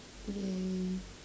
!yay!